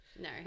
no